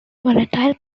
volatile